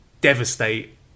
devastate